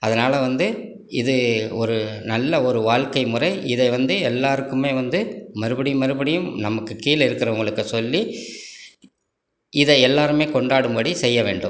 அதனால் வந்து இது ஒரு நல்ல ஒரு வாழ்க்கை முறை இதை வந்து எல்லாருக்குமே வந்து மறுபடியும் மறுபடியும் நமக்கு கீழ இருக்கிறவங்களுக்கு சொல்லி இதை எல்லாருமே கொண்டாடும்படி செய்ய வேண்டும்